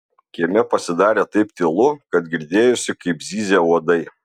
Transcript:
kieme pasidarė taip tylu kad girdėjosi kaip zyzia uodai